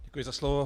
Děkuji za slovo.